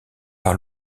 par